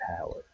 power